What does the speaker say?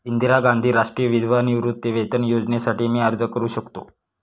इंदिरा गांधी राष्ट्रीय विधवा निवृत्तीवेतन योजनेसाठी मी अर्ज करू शकतो?